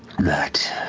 that